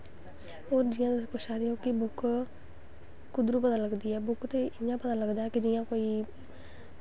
होर जि'यां तुस पुच्छा दे ओ कि बुक्क कुद्धरां पता लगदी ऐ बुक्क ते इ'यां पता लगदी ऐ जि'यां कोई